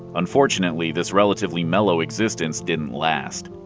unfortunately, this relatively mellow existence didn't last.